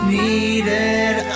needed